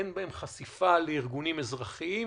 אין בהן חשיפה לארגונים אזרחיים,